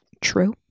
True